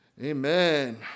Amen